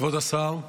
כבוד השר,